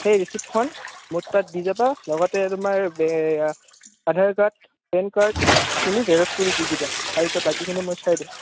সেই ৰিচিপ্টখন মোৰ তাত দি যাবা লগতে তোমাৰ আধাৰ কাৰ্ড পেন কাৰ্ড এইখিনি জেৰক্স কৰি দি দিবা তাৰপিছত বাকীখিনি মই চাই দিম